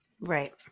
Right